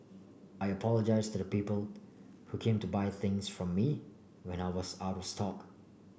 I apologise to the people who came to buy things from me when I was out stock